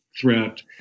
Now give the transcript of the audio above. threat